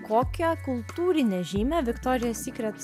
kokią kultūrinę žymę viktorija sykret